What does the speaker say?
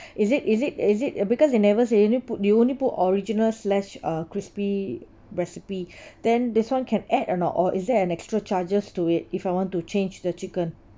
is it is it is it uh because you never say you only put you only put original slash uh crispy recipe then this [one] can add or not or is there an extra charges to it if I want to change the chicken